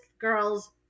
girl's